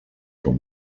com